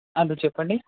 అది చెప్పండి